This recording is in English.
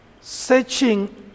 searching